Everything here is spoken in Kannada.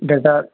ಡೆಟಾಲ್